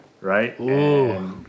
right